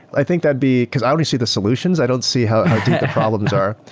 i think that'd be because i only see the solutions. i don't see how deep the problems are.